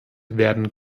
werden